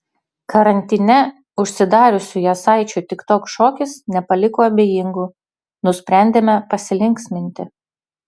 karantine užsidariusių jasaičių tiktok šokis nepaliko abejingų nusprendėme pasilinksminti